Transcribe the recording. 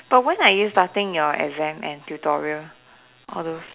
but when are you starting your exam and tutorial all those